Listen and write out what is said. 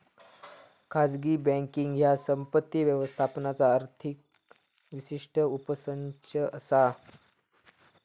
खाजगी बँकींग ह्या संपत्ती व्यवस्थापनाचा अधिक विशिष्ट उपसंच असा